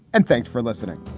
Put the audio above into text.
and thanks for listening